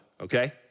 okay